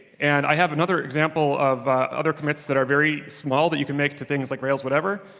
and i have another example of other commits that are very small that you can make to things like rails, whatever,